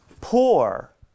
poor